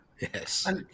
Yes